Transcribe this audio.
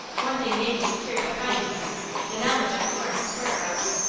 one thing may be secured by finding him the knowledge of florence's whereabouts.